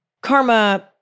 Karma